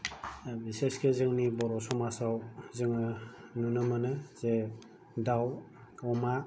बिसेसके जोंनि बर' समाजाव जोङो नुनो मोनो जे दाउ अमा